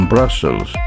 Brussels